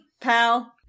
Pal